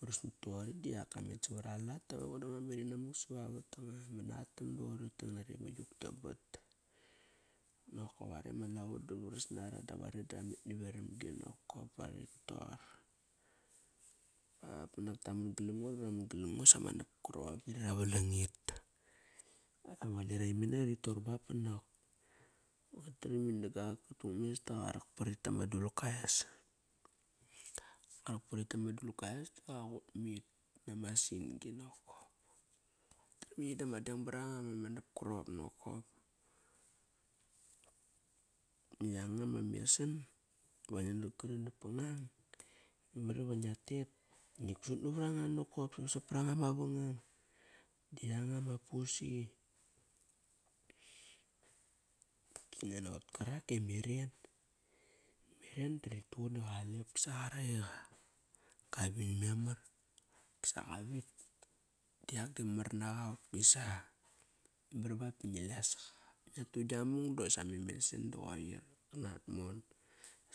Varas mat toqori di ak kamet savar alat da aingo da ngua mevinavuk savavat ba ngu man atam toqori ngua nari ama yuktabat. Nokop are ma lavo da vards nara dap are ramet na vevamgi nokop ba ritor. Ba banak taman galam ngo, iraman galam ngo sama napkaropvit ra valang it. Ngua met namanara imene ritor ba banak koir nguat tram i nagak kat nges da qa rak para it dama dulka es. Karak parit dama dulka es da qaqut mit nama sin-gi nakop. Ngiat trami yi dama deng baranga ma napkarop nokop. Na yanga ma mesan va ngia naqot kari napangang mamar iva ngia tet ngit sut navar anga nokop. Sapsap par anga mavangam di yanga ma pusi. Ngian naqot karak e meren. Meren di rituqun i qale qopkisa i qa ka vin memar. Kisa qavit. Diak diama mar naqa qopkisa. Memar ba bangi les saqa. Ngia tu gia mung dosa me mesan da qoir nganat mon.